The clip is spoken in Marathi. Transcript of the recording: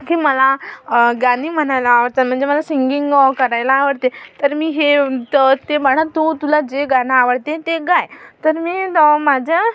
की मला गाणे म्हणायला आवडते म्हणजे मला सिंगिंग करायला आवडते तर मी हे तर ते म्हणत तू तुला जे गाणं आवडते ते गा तर मी माझ्या